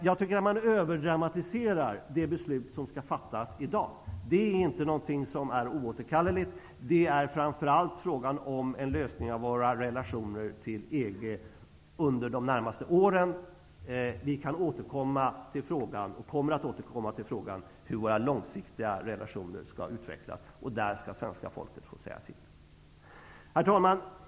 Jag tycker att det beslut som skall fattas i dag överdramatiseras. Beslutet är inte oåterkalleligt, utan det är framför allt fråga om en lösning av våra relationer till EG under de närmaste åren. Vi kommer att återkomma till frågan om hur våra långsiktiga relationer skall utvecklas, och då skall svenska folket uttala sin åsikt. Herr talman!